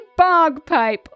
Bogpipe